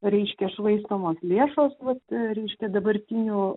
reiškia švaistomos lėšos vat reiškia dabartinių